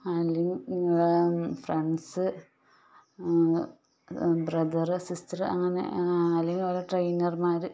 അല്ലെങ്കിൽ നിങ്ങളെ friends brother sister അങ്ങനെ അല്ലങ്കി അവിടെ ട്രെയ്നറ്മാർ